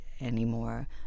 anymore